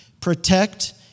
protect